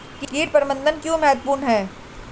कीट प्रबंधन क्यों महत्वपूर्ण है?